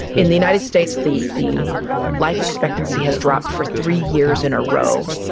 in the united states, the the life expectancy has dropped for three years in a row.